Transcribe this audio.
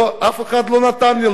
ואף אחד לא נתן לי,